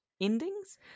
endings